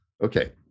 Okay